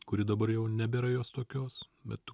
kuri dabar jau nebėra jos tokios bet